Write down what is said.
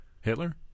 Hitler